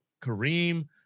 Kareem